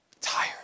tired